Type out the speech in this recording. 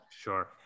Sure